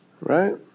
right